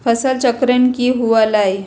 फसल चक्रण की हुआ लाई?